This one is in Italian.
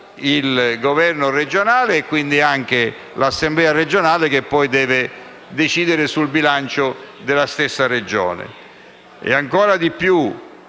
il governo regionale, quindi anche l'Assemblea regionale che poi deve decidere sul bilancio della stessa Regione.